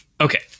Okay